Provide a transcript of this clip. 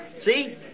See